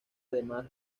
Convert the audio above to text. además